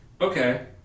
Okay